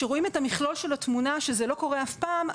את המכלול של התמונה שזה לא קורה אף פעם,